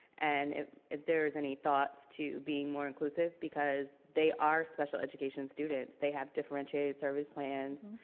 and if there is any thoughts to being more inclusive, because they are special education students, they have differentiated service plans,